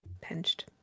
pinched